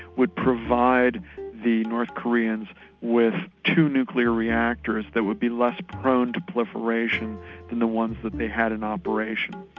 would provide the north koreans with two nuclear reactors that would be less prone to proliferation than the ones that they had in operation.